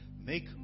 make